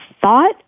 thought